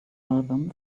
album